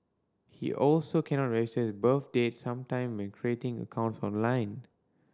he also cannot register birth date sometime when creating accounts online